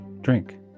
drink